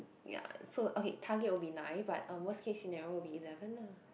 ya so okay target will be nine but a worse case scenario will be eleven lah